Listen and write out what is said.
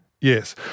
Yes